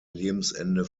lebensende